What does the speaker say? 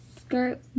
skirt